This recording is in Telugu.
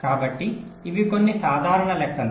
కాబట్టి ఇవి కొన్ని సాధారణ లెక్కలు